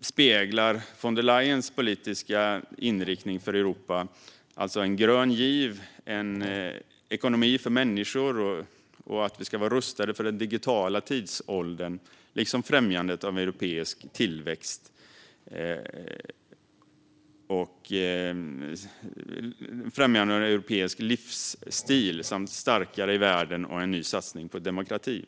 speglar von der Leyens politiska inriktning för Europa, en grön giv, en ekonomi för människor och att vi ska vara rustade för den digitala tidsåldern. Det handlar också om främjandet av en europeisk livsstil, att Europa ska vara starkare i världen och en ny satsning på demokrati.